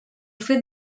fet